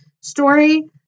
story